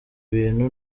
bintu